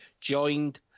joined